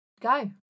Go